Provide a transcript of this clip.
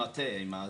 זה תחנת